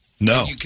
No